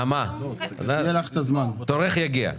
נעמה, תורך יגיע.